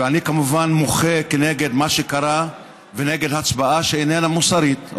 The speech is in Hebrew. ואני כמובן מוחה כנגד מה שקרה ונגד הצבעה שאיננה מוסרית,